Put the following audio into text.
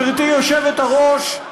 גברתי היושבת-ראש,